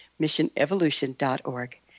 missionevolution.org